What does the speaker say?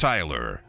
Tyler